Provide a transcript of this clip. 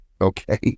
Okay